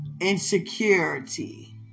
Insecurity